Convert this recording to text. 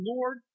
Lord